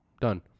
Done